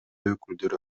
өкүлдөрү